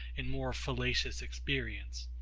and more fallacious experience.